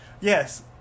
Yes